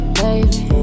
baby